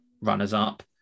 runners-up